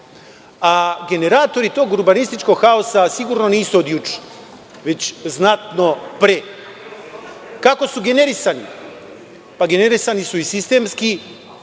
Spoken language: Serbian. Generatori tog urbanističkog haosa sigurno nisu od juče, već znatno pre. Kako su generisani? Generisani su sistemski,